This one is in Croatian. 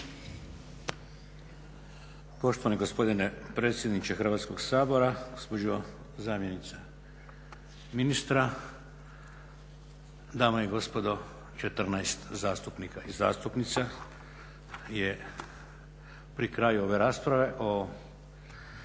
Poštovani gospodine predsjedniče Hrvatskog sabora, gospođo zamjenice ministra, dame i gospodo, 14 zastupnika i zastupnica je pri kraju ove rasprave o